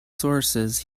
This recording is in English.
sources